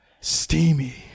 steamy